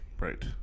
Right